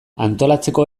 antolatzeko